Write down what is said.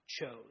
chose